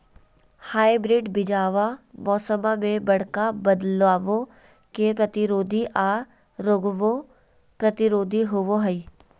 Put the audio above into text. hybrid बीजावा मौसम्मा मे बडका बदलाबो के प्रतिरोधी आ रोगबो प्रतिरोधी होबो हई